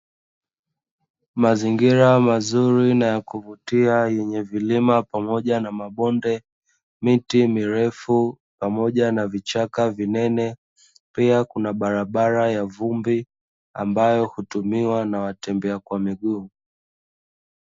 Mazingira mazuri na ya kuvutia yenye vilima pamoja na mabonde, miti mirefu pamoja na vichaka vinene. Pia kuna barabara ya vumbi ambayo hutumiwa na watembea kwa miguu.